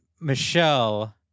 Michelle